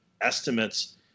estimates